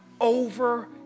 over